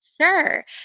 Sure